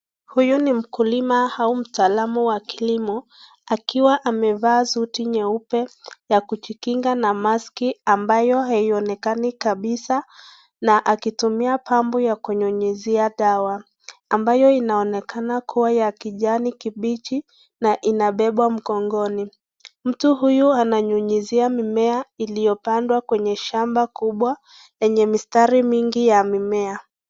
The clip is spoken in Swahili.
Huyo ni mkulima au mtaalamu wa kilimo akiwaamevaa suti nyeupe ya kujikinga na maski ambayo haionekani kabisa na akitumia pampu ya kunyunyizia dawa, ambayo inaonakana kuwa ya kijani kibichi na inabebwa mgongoni. Mtu huyo ananyunyizia mimea iliyopadwa kwenye shamba kubwa yenye mistari mingi ya mimea.